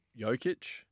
Jokic